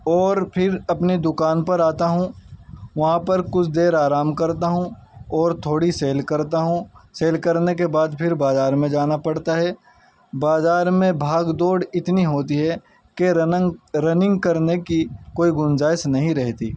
اور پھر اپنی دوکان پر آتا ہوں وہاں پر کچھ دیر آرام کرتا ہوں اور تھوڑی سیل کرتا ہوں سیل کرنے کے بعد پھر بازار میں جانا پڑتا ہے بازار میں بھاگ دوڑ اتنی ہوتی ہے کہ رننگ کرنے کی کوئی گنجائس نہیں رہتی